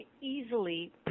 easily